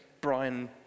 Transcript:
Brian